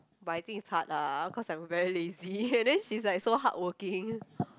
but I think it's hard lah cause I'm very lazy and then she's like so hardworking